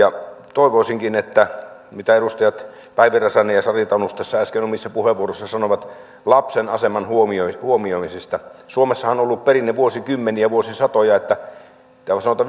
toivoisinkin että otettaisiin huomioon mitä edustajat päivi räsänen ja sari tanus tässä äsken omissa puheenvuoroissaan sanoivat lapsen aseman huomioimisesta suomessahan on ollut perinne vuosikymmeniä vuosisatoja sanotaan